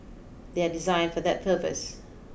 they are designed for that purpose